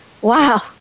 wow